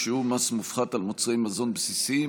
שיעור מס מופחת על מוצרי מזון בסיסיים),